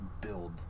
build